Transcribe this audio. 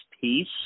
peace